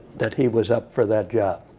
that he was up for that job.